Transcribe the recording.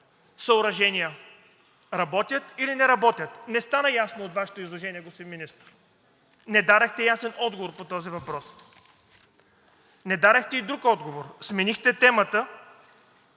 съоръжения. Работят или не работят? Не стана ясно от Вашето изложение, господин Министър. Не дадохте ясен отговор по този въпрос. Не дадохте и друг отговор, а сменихте темата,